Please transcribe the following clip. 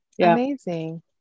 amazing